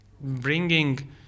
bringing